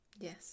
Yes